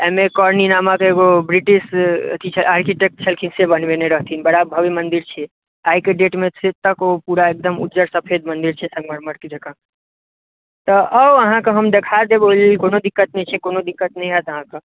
M A कोरनी नामक एगो ब्रिटिश आर्किटेक छलखिन से बनबेने रहथिन बड़ा भव्य मदिर छै आइ के डेटमे के ओ पूरा एकदम उज्जर सफेद मन्दिर छै हनुमान मन्दिर जकाँ तऽ आउ अहाँके हम देखा देब ओहि लेल कोनो दिक्कत नहि छै कोनो दिक्कत नहि होयत अहाँकें